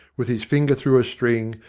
with his finger through a string,